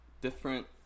different